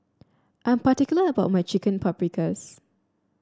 I'm particular about my Chicken Paprikas